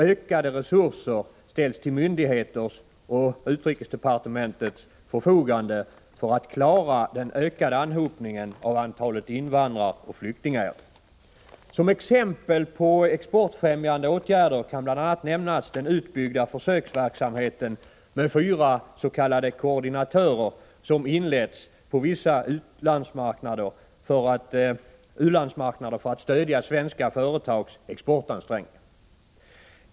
Ökade resurser ställs till myndigheternas och utrikesdepartementets förfogande för att klara den ökade anhopningen av antalet invandraroch flyktingärenden. Som exempel på exportfrämjande åtgärder kan nämnas den försöksverksamhet med fyra s.k. koordinatörer som inletts på vissa u-landsmarknader för att stödja svenska företags exportansträngningar.